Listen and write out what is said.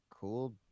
cool